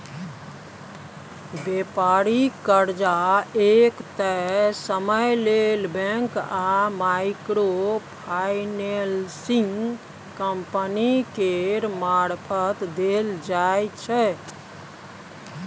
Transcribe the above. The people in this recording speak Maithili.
बेपारिक कर्जा एक तय समय लेल बैंक आ माइक्रो फाइनेंसिंग कंपनी केर मारफत देल जाइ छै